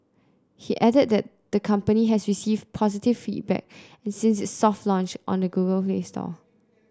he added that the company has received positive feedback since its soft launch on the Google Play Store